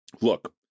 look